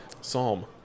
Psalm